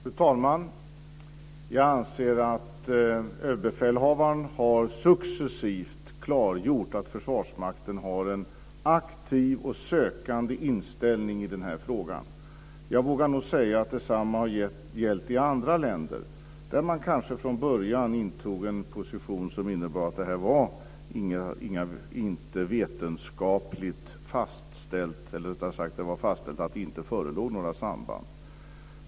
Fru talman! Jag anser att överbefälhavaren successivt har klargjort att Försvarsmakten har en aktiv och sökande inställning i denna fråga. Jag vågar nog säga att detsamma har gällt i andra länder, där man kanske från början intog en position som innebar att detta inte var vetenskapligt fastställt, eller rättare sagt att det var fastställt att det inte förelåg några samband.